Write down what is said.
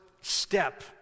step